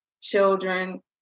children